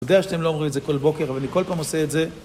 אני יודע שאתם לא אומרים את זה כל בוקר, אבל אני כל פעם עושה את זה.